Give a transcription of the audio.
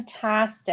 fantastic